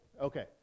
Okay